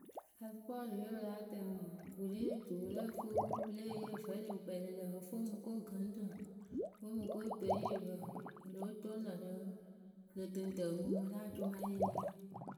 Pasɨpɔriwe pɨ láa tɛŋ wǝǝ wɨ ri rɨ tuwǝ pɨ lǝ́ǝ fɨ, pɨ lée yee vǝ nɨŋ wɨ kpɛlɩ lǝ̈ ǝ fɨ o mɨ ko gɨŋrǝ. o mɨ ko epeyipǝ wɨ lóo toŋ lǝ̈ rɨ, rɨ tɨŋtǝǝmumuŋ la acʊmayeeyǝ.